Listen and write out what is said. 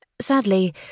Sadly